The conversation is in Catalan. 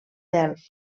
delft